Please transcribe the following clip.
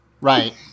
Right